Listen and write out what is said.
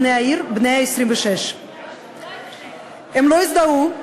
בני העיר בני 26. הם לא הזדהו,